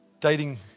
dating